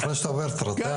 אחרי שאתה עובר את רט"ג,